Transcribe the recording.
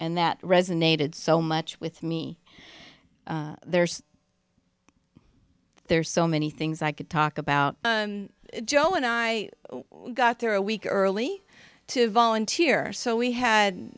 and that resonated so much with me there's there's so many things i could talk about joe when i got there a week early to volunteer so we had